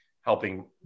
helping